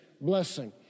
blessing